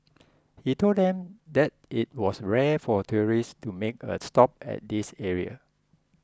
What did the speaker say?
he told them that it was rare for tourists to make a stop at this area